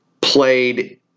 played